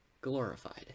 glorified